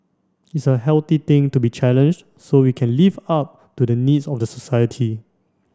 it's a healthy thing to be challenged so we can live up to the needs of the society